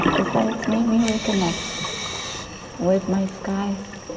is that it's made me reconnect with my skies,